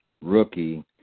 rookie